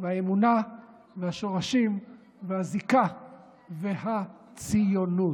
והאמונה והשורשים והזיקה והציונות.